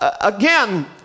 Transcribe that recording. again